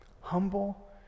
Humble